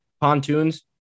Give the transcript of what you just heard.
pontoons